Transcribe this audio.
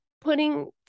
putting